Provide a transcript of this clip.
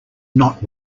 not